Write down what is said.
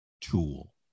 tool